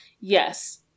Yes